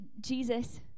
Jesus